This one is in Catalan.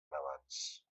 abans